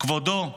כבודו,